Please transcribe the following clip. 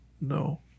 No